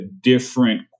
different